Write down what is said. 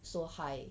so high